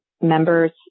members